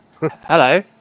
Hello